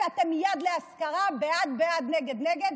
שאתם יד להשכרה, בעד, בעד, נגד, נגד?